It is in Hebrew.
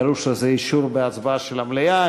דרוש לזה אישור בהצבעה של המליאה.